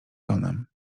tonem